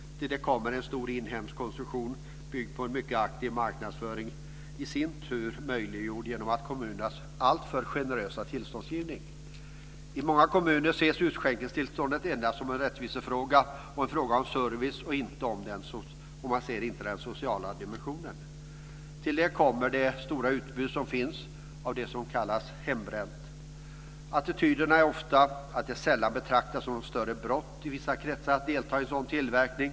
Till det kommer en stor inhemsk konsumtion byggd på en mycket aktiv marknadsföring, i sin tur möjliggjord genom kommunernas alltför generösa tillståndsgivning. I många kommuner ses utskänkningstillståndet endast som en rättvisefråga och en fråga om service. Man ser inte den sociala dimensionen. Till det kommer det stora utbudet av det som kallas hembränt. Attityden är ofta att det i vissa kretsar sällan betraktas som något större brott att delta i sådan tillverkning.